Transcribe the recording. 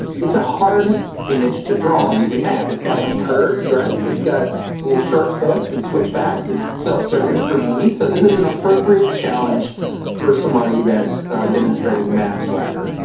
it's a hard image to draw using math, it's got like curves right. it's got little sharp points and switch backs. it's self-serving for me, so this is an appropriate challenge for somebody that's demonstrating mathswagger.